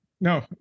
No